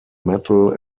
metal